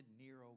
Nero